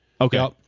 Okay